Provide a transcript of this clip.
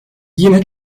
yine